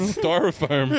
styrofoam